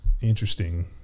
interesting